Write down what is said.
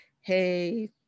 hey